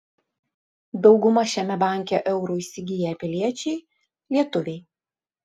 dauguma šiame banke eurų įsigiję piliečiai lietuviai